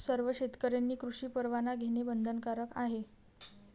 सर्व शेतकऱ्यांनी कृषी परवाना घेणे बंधनकारक आहे